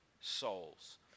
souls